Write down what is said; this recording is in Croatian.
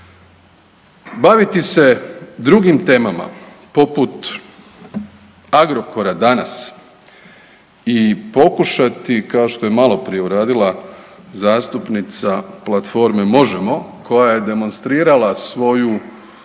Baviti se drugim temama poput Agrokora danas i pokušati kao što je malo prije uradila zastupnica platforme Možemo koja je demonstrirala svoju